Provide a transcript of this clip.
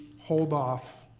hold off.